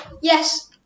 yes